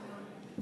מה זה עצרתם?